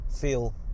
feel